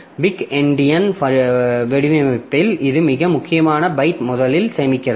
big endian வடிவமைப்பில் இது மிக முக்கியமான பைட்டை முதலில் சேமிக்கிறது